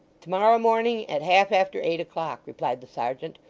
to-morrow morning, at half after eight o'clock replied the serjeant.